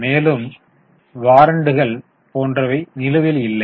மேலும் வாரண்டுகள் போன்றவை நிலுவையில் இல்லை